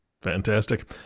Fantastic